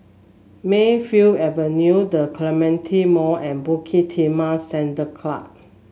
Mayfield Avenue The Clementi Mall and Bukit Timah Sand club